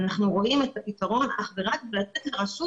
אנחנו רואים את הפתרון אך ורק בלתת לרשות